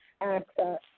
access